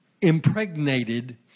impregnated